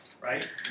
right